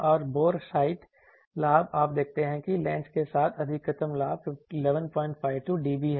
और boresight लाभ आप देखते हैं कि लेंस के साथ अधिकतम लाभ 1152 dB है